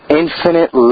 infinite